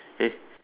yes